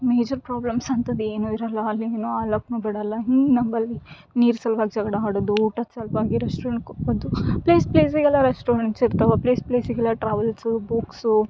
major problems ಅಂಥದೇನು ಇರೋಲ್ಲ ಅಲ್ಲಿ ಏನು ಬಿಡೋಲ್ಲ ನಂಬಲ್ಲಿ ನೀರು ಸಲ್ವಾಗಿ ಜಗಡು ಹಡದು ಊಟಕ್ಕೆ ಸಲ್ವಾಗಿ ಪ್ಲೇಸ್ ಪ್ಲೇಸಿಗೆಲ್ಲ ರೆಸ್ಟೋರೆಂಟ್ಸ್ ಇರ್ತಾವೆ ಪ್ಲೇಸ್ ಪ್ಲೇಸಿಗೆಲ್ಲ ಟ್ರಾವೆಲ್ಸು ಬುಕ್ಸು